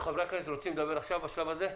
חברי הכנסת, אתם רוצים לדבר בשלב הזה?